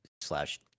slash